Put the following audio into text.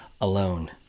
alone